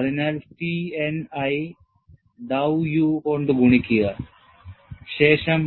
അതിനാൽ T n i dow u കൊണ്ട് ഗുണിക്കുക ശേഷം